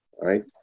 right